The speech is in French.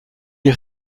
est